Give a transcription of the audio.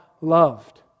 loved